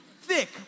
thick